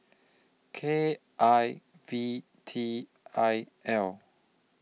K I V T I L